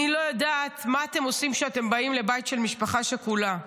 אני לא יודעת מה אתם עושים כשאתם באים לבית של משפחה שכולה,